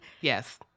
Yes